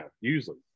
usually